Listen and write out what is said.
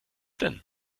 denn